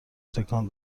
تکان